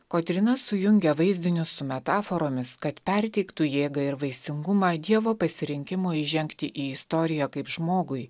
kotryna sujungia vaizdinius su metaforomis kad perteiktų jėgą ir vaisingumą dievo pasirinkimo įžengti į istoriją kaip žmogui